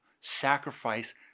sacrifice